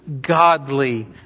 godly